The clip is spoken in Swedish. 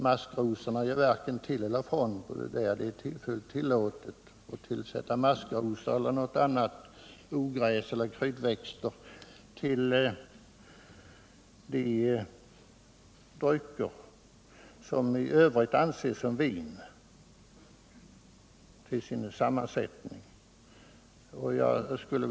Maskrosorna gör varken till eller från. Det är därför tillåtet att tillsätta maskrosor eller andra ogräs eller kryddväxter till de drycker som i övrigt till sin sammansättning anses som vin.